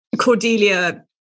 Cordelia